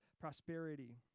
prosperity